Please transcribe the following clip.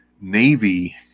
Navy